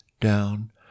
down